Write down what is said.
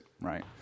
right